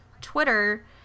Twitter